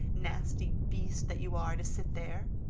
nasty beast that you are to sit there!